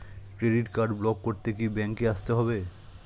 Credit card block করতে কি ব্যাংকে আসতে হবে?